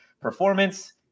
performance